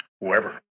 whoever